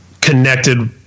connected